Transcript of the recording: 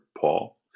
Paul